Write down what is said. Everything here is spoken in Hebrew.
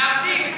מאבדים.